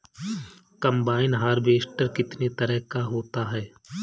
Combine harvester कितने तरह का होता है?